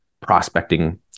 prospecting